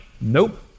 Nope